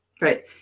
Right